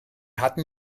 hatten